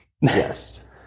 Yes